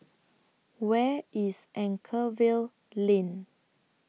Where IS Anchorvale Lane